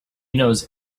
knows